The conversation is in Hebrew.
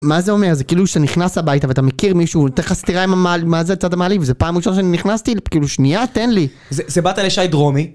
מה זה אומר? זה כאילו שנכנס הביתה ואתה מכיר מישהו והוא נותן לך סטירה עם המה... מה זה יצאת מעליב וזה פעם ראשונה שאני נכנסתי, כאילו שנייה תן לי. זה באת לשי דרומי?